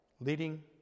Leading